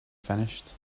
finished